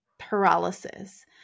Paralysis